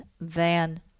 Van